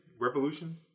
Revolution